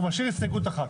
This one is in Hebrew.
הוא משאיר הסתייגות אחת.